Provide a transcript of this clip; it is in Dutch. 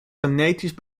genetisch